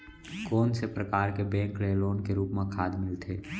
कोन से परकार के बैंक ले लोन के रूप मा खाद मिलथे?